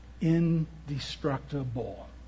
indestructible